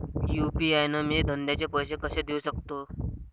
UPI न मी धंद्याचे पैसे कसे देऊ सकतो?